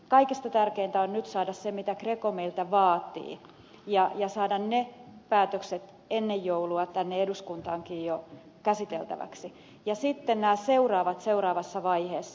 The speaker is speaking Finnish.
kaikista tärkeintä on nyt saada se mitä greco meiltä vaatii ja saada ne päätökset ennen joulua tänne eduskuntaankin jo käsiteltäväksi ja sitten tulevat nämä seuraavat seuraavassa vaiheessa